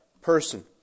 person